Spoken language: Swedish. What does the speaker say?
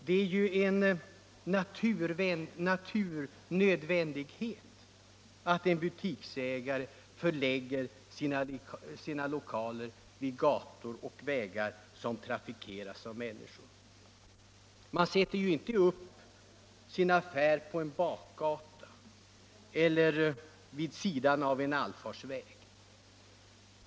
Det är en naturnödvändighet att butiksägare förlägger sina lokaler vid gator och vägar som trafikeras av människor! Man sätter ju inte upp sin affär på en bakgata eller vid sidan av en allfarväg.